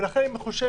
ולכן אני חושב,